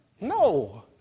No